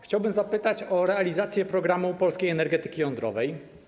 Chciałbym zapytać o realizację „Programu polskiej energetyki jądrowej”